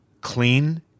clean